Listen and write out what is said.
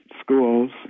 schools